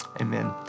amen